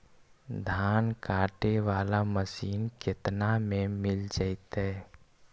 धान काटे वाला मशीन केतना में मिल जैतै?